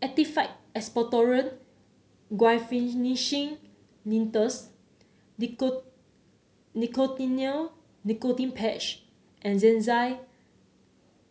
Actified Expectorant Guaiphenesin Linctus Nicotinell Nicotine Patch and Xyzal